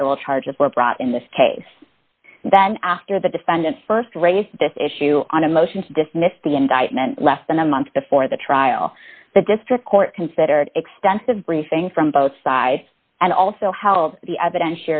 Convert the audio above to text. federal charges were brought in this case then after the defendant st raised this issue on a motion to dismiss the indictment less than a month before the trial the district court considered extensive briefing from both sides and also held the eviden